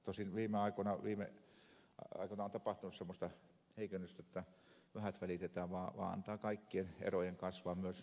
tosin viime aikoina on tapahtunut semmoista heikennystä jotta vähät välitetään vaan antaa kaikkien erojen kasvaa myös alueellisesti